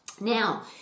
Now